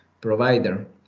provider